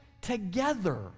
together